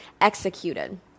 executed